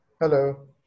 Hello